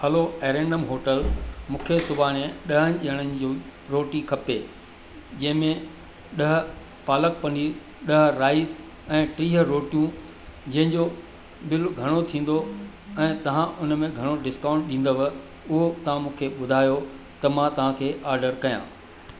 hello एरिनम hotel मूंखे सुभाणे ॾह ॼणनि जी रोटी खपे जेमें ॾह पालक पनीर ॾह राइस ऐं टीह रोटियूं जंहिंजो बिल घणो थींदो ऐं तव्हां उन में घणो डिस्काउंट ॾींदव उहो तव्हां मूंखे ॿुधायो त मां तव्हांखे ऑडर कयां